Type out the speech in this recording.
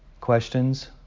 Questions